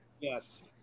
Yes